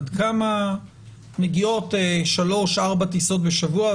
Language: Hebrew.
עד כמה מגיעות שלוש-ארבע טיסות בשבוע,